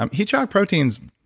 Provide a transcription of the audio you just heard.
um heat shock proteins